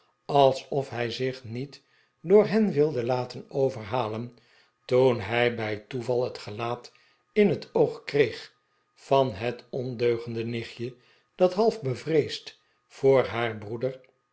alsof hij zich niet door hen wilde laten overhalen toen hij bij toeval het gelaat in het oog kreeg van het ondeugende nichtje dat half bevreesd voor haar broeder